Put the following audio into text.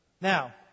Now